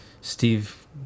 Steve